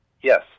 Yes